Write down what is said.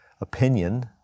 opinion